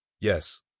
Yes